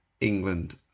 England